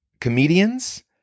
Comedians